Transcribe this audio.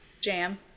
Jam